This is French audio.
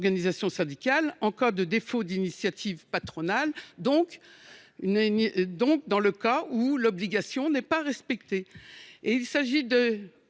organisation syndicale, en cas de défaut d’initiative patronale, c’est à dire au cas où l’obligation n’est pas respectée. Il s’agit